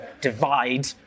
divide